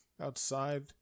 outside